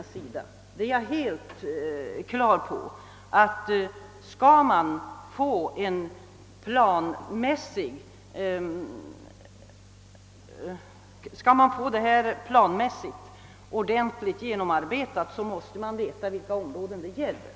Jag är helt på det klara med att om förslaget och planerna skall genomföras på ett tillfredsställande sätt, så måste man veta vilka områden det gäller.